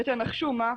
ותנחשו מה?